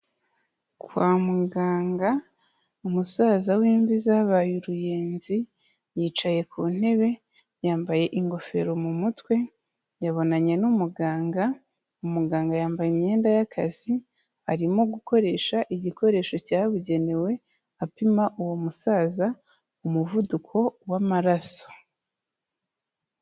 Kwa muganga umusaza w'imvi zabaye uruyenzi, yicaye ku ntebe yambaye ingofero mu mutwe. yabonanye n'umuganga, umuganga yambaye imyenda y'akazi arimo gukoresha igikoresho cyabugenewe, apima uwo musaza umuvuduko w'amaraso.